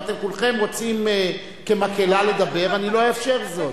אם אתם כולכם רוצים לדבר כמקהלה אני לא אאפשר זאת.